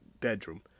bedroom